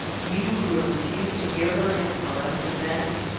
you who have refused to hear her in her own defense!